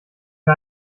wir